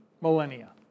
millennia